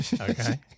Okay